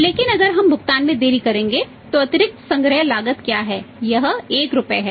लेकिन अगर हम भुगतान में देरी करते हैं तो अतिरिक्त संग्रहण लागत क्या है यह 1 रुपये है